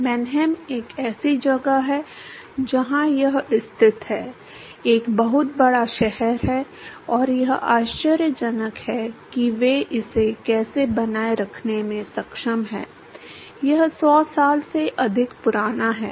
Mannheim एक ऐसी जगह है जहां यह स्थित है एक बहुत बड़ा शहर है और यह आश्चर्यजनक है कि वे इसे कैसे बनाए रखने में सक्षम हैं यह 100 साल से अधिक पुराना है